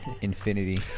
Infinity